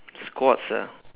squats ah